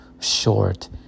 short